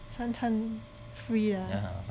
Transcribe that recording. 三餐 free ah